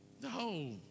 No